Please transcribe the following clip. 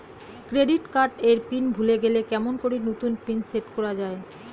Credit card এর PIN ভুলে গেলে কেমন করি নতুন পিন সেট করা য়ায়?